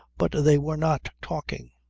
but they were not talking.